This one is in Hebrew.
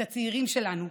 את הצעירים שלנו,